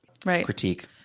critique